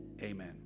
amen